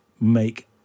make